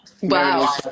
Wow